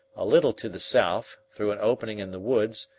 a little to the south, through an opening in the woods,